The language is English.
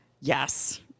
Yes